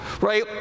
right